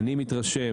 אני מתרשם,